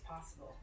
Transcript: possible